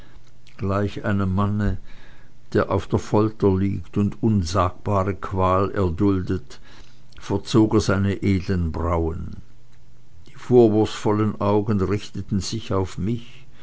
gleich einem manne der auf der folter liegt und unsagbare qual erduldet verzog er seine edeln brauen die vorwurfsvollen augen richteten sich auf mich